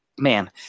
Man